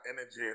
energy